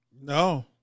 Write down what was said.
No